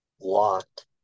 locked